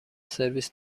سرویس